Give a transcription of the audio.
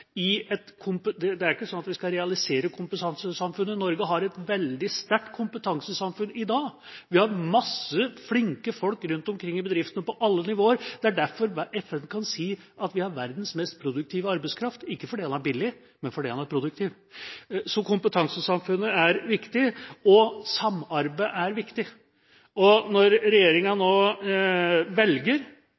Det er ikke sånn at vi skal realisere kompetansesamfunnet; Norge har et veldig sterkt kompetansesamfunn i dag. Vi har masse flinke folk rundt omkring i bedriftene og på alle nivåer. Det er derfor FN kan si at vi har verdens mest produktive arbeidskraft – ikke fordi den er billig, men fordi den er produktiv. Så kompetansesamfunnet er viktig, og samarbeid er viktig. Regjeringa velger nå helt nye samarbeidsformer. For det er det regjeringa